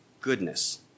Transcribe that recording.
goodness